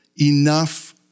enough